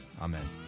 Amen